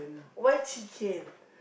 why chicken